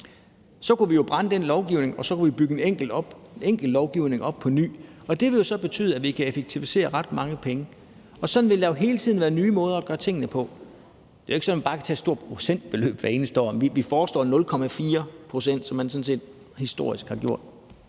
så kunne vi jo brænde den lovgivning, og så kunne vi bygge en enkel lovgivning op på ny. Det vil jo så betyde, at vi kan effektivisere ret mange penge, og sådan vil der jo hele tiden være nye måder at gøre tingene på. Det er jo ikke sådan, at man bare kan tage et stort procentbeløb hvert eneste år, men vi foreslår 0,4 pct., som man sådan set historisk har gjort.